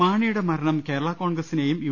മാണിയുടെ മർണം കേരള കോൺഗ്രസ്സിനെയും യു